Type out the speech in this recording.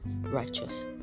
righteous